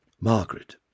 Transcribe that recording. Margaret